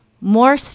More